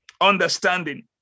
understanding